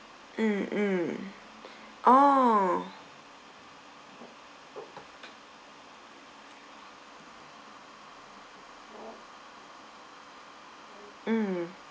mm mm orh mm